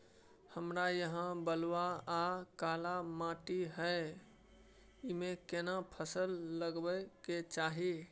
हमरा यहाँ बलूआ आर काला माटी हय ईमे केना फसल लगबै के चाही?